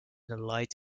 light